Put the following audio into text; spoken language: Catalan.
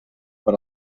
per